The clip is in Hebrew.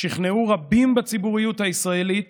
שכנעו רבים בציבוריות הישראלית